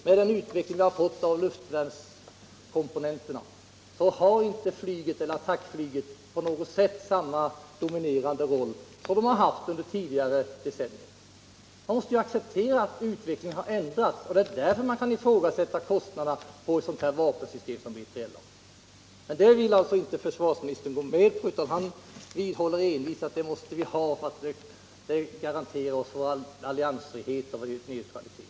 Med den utveckling vi fått när det gäller luftvärnskomponenterna spelar attack flyget inte längre på något sätt samma dominerande roll som det gjort under tidigare decennier. Man måste acceptera att vi haft en utveckling, och det är därför man kan ifrågasätta kostnaderna för ett vapensystem som B3LA. Det vill alltså inte försvarsministern gå med på, utan han vidhåller envist att vi måste ha ett sådant system för att garantera vår alliansfrihet och vår neutralitet.